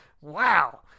Wow